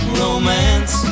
romance